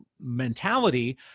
mentality